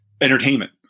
entertainment